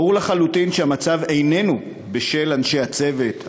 ברור לחלוטין שהמצב איננו בשל אנשי הצוות,